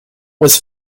was